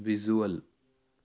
visual